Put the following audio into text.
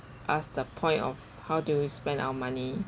us the point of how do we spend our money